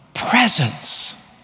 presence